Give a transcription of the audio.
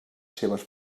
seves